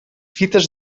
fites